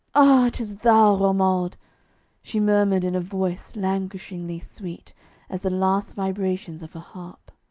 ah, it is thou, romuald she murmured in a voice languishingly sweet as the last vibrations of a harp.